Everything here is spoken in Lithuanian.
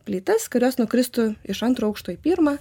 plytas kurios nukristų iš antro aukšto į pirmą